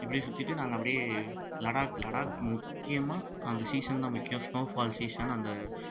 இப்படியே சுற்றிட்டு நாங்கள் அப்படியே லடாக் லடாக் முக்கியமாக அந்த சீசன் தான் முக்கியம் ஸ்னோ ஃபால் சீசன் அந்த